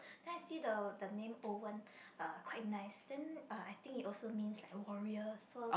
then I see the the name Owen uh quite nice then uh I think it also means like warrior so